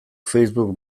facebook